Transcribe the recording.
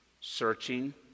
searching